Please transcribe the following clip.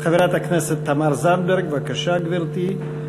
חברת הכנסת תמר זנדברג, בבקשה, גברתי.